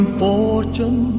fortune